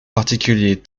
particulier